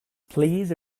please